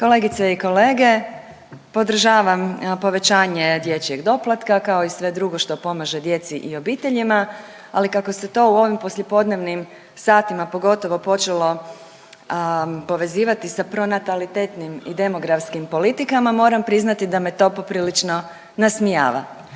Kolegice i kolege, podržavam povećanje dječjeg doplatka kao i sve drugo što pomaže djeci i obiteljima, ali kako se to u ovim poslijepodnevnim satima pogotovo počelo povezivati sa pronatalitetnim i demografskim politikama, moram priznati da me to poprilično nasmijava.